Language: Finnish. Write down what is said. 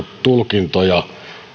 tulkintojaan